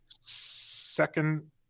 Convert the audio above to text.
second